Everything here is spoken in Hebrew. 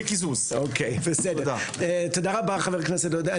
תודה רבה, חבר הכנסת עודה.